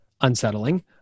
unsettling